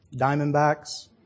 Diamondbacks